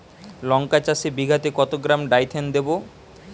লঙ্কা চাষে বিঘাতে কত গ্রাম ডাইথেন দেবো?